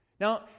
Now